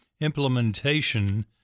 Implementation